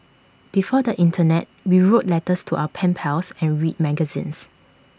before the Internet we wrote letters to our pen pals and read magazines